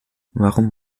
warum